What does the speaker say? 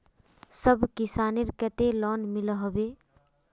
सब किसानेर केते लोन मिलोहो होबे?